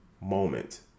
moment